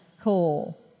call